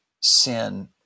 sin